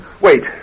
wait